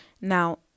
Now